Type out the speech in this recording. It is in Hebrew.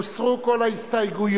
הוסרו כל ההסתייגויות,